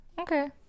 Okay